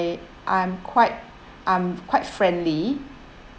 I'm quite I'm quite friendly